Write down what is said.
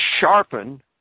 sharpen